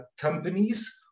companies